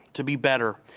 to be better,